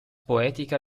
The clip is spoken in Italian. poetica